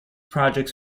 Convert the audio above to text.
projects